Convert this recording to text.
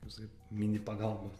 visai mini pagalbos